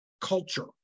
culture